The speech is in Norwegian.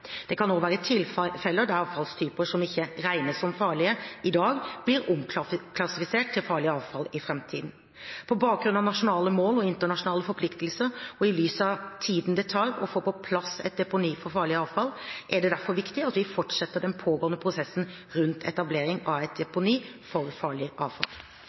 Det kan også være tilfeller der avfallstyper som ikke regnes som farlige i dag, blir omklassifisert til farlig avfall i framtiden. På bakgrunn av nasjonale mål og internasjonale forpliktelser, og i lys av tiden det tar å få på plass et deponi for farlig avfall, er det derfor viktig at vi fortsetter den pågående prosessen rundt etablering av et deponi for farlig avfall.